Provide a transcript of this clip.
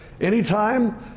Anytime